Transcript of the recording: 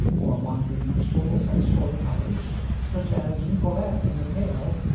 or wandering minstrels and story-tellers such as nicolete, in the tale,